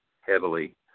heavily